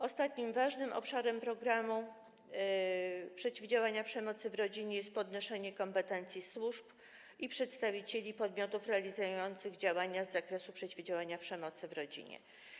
Ostatnim ważnym obszarem programu przeciwdziałania przemocy w rodzinie jest podnoszenie kompetencji służb i przedstawicieli podmiotów realizujących działania z zakresu przeciwdziałania przemocy w rodzinie.